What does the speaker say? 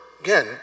again